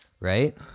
Right